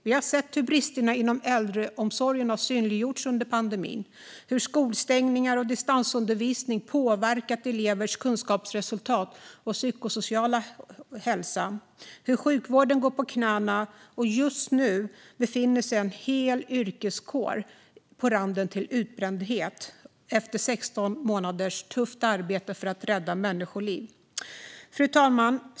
Vi har sett hur bristerna inom äldreomsorgen har synliggjorts under pandemin och hur skolstängningar och distansundervisning har påverkat elevers kunskapsresultat och psykosociala hälsa. Vi har sett hur sjukvården går på knäna - just nu befinner sig en hel yrkeskår på randen till utbrändhet efter 16 månaders tufft arbete för att rädda människoliv. Fru talman!